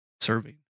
serving